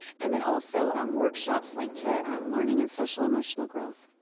and then also um workshops linked to learning and social-emotional growth.